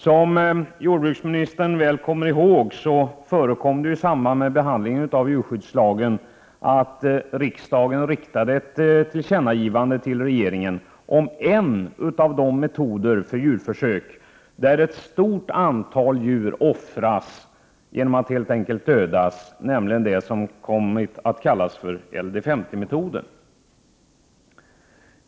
Som jordbruksministern väl kommer ihåg förekom det i samband med behandlingen av förslaget om ny djurskyddslag att riksdagen riktade tillkännagivande till regeringen om en av de metoder för djurförsök där ett stort antal djur offras genom att helt enkelt dödas, nämligen det som kommit att kallas LD 50-metoden.